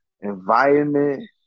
environment